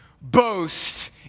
boast